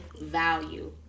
value